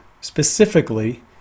specifically